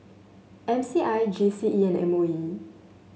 M C I G C E and M O E